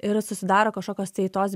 ir susidaro kažkokios tai tos